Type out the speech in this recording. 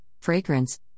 fragrance